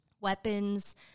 weapons